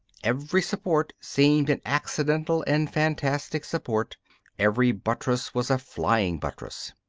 every support seemed an accidental and fantastic support every buttress was a flying buttress.